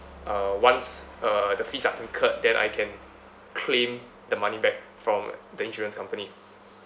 uh once uh the fees are incurred then I can claim the money back from the insurance company